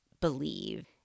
believe